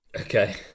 Okay